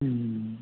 हूँ